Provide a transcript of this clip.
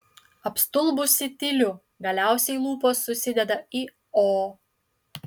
apstulbusi tyliu galiausiai lūpos susideda į o